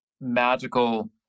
magical